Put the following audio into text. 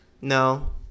No